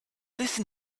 listen